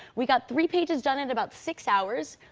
we got three pages done in about six hours.